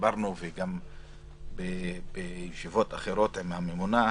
דיברנו בישיבות אחרות עם הממונה,